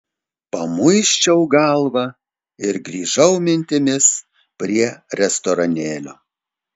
pamuisčiau galvą ir grįžau mintimis prie restoranėlio